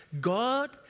God